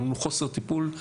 אל מול חוסר טיפול,